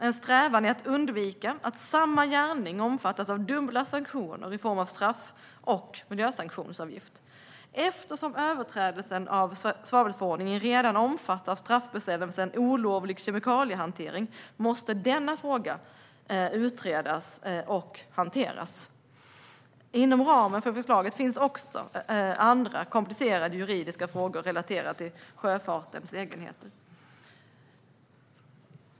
En strävan är att undvika att samma gärning omfattas av dubbla sanktioner i form av straff och miljösanktionsavgift. Eftersom överträdelsen av svavelförordningen redan omfattas av straffbestämmelsen olovlig kemikaliehantering måste denna fråga utredas och hanteras. Inom ramen för förslaget finns också andra komplicerade juridiska frågor relaterade till sjöfartens egenheter.